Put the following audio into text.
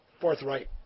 forthright